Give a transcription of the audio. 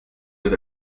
wird